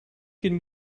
could